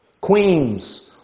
Queens